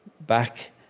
back